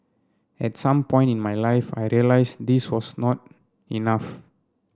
at some point in my life I realised this was not enough